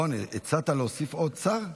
רון, הצעת להוסיף עוד שר?